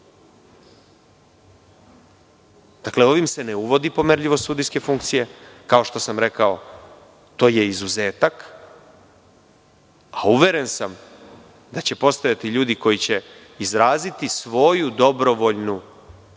Dakle, ovim se ne uvodi pomerljivost sudijske funkcije, kao što sam rekao to je izuzetak, a uveren sam da će postojati ljudi koji će izraziti svoju dobrovoljnu